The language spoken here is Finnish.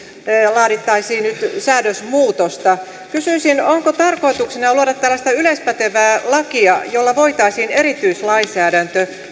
laadittaisiin nyt säädösmuutosta kysyisin onko tarkoituksena luoda tällaista yleispätevää lakia jolla voitaisiin erityislainsäädäntö